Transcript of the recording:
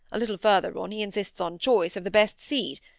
a little further on he insists on choice of the best seed,